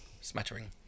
Smattering